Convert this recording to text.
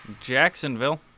jacksonville